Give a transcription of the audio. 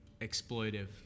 exploitive